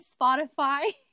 Spotify